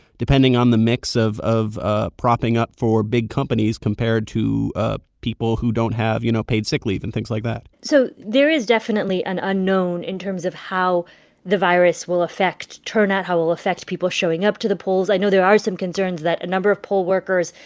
depending on the mix of of ah propping up for big companies compared to ah people who don't have, you know, paid sick leave and things like that so there is definitely definitely an unknown in terms of how the virus will affect turnout, how it will affect people showing up to the polls. i know there are some concerns that a number of poll workers,